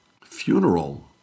funeral